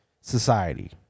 society